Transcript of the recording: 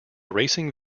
racing